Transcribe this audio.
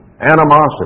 animosity